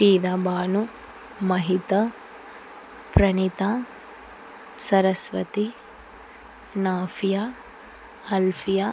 Fidaa Bhanu Mahitha Praneetha Saraswathi Nafia Alfiya